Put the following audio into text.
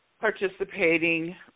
participating